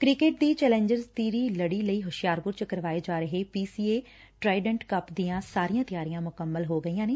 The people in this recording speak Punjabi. ਕਿਕਟ ਦੀ ਚੈਲੇਜਰ ਤੀਹਰੀ ਲੜੀ ਲਈ ਹੁਸ਼ਿਆਰਪੁਰ ਚ ਕਰਵਾਏ ਜਾ ਰਹੇ ਪੀ ਸੀ ਏ ਟ੍ਾਈਡੈਟ ਕਪ ਦੀਆਂ ਸਾਰੀਆਂ ਤਿਆਰੀਆਂ ਮੁਕੰਮਲ ਹੋ ਗਈਆਂ ਨੇ